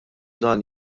dan